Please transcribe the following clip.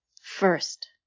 First